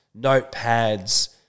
notepads